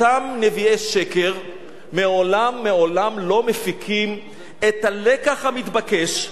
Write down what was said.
אותם נביאי שקר מעולם מעולם לא מפיקים את הלקח המתבקש,